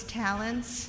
talents